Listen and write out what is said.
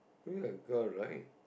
look like girl right